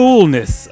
Coolness